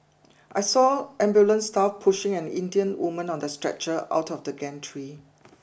I saw ambulance staff pushing an Indian woman on the stretcher out of the gantry